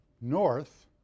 north